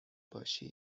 باشی